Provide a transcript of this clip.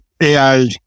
AI